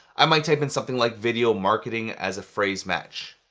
i might type in something like video marketing as a phrase match.